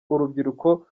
urubyiruko